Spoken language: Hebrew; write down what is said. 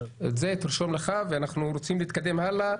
אנחנו רוצים להתקדם הלאה.